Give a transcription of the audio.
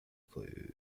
clue